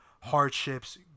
hardships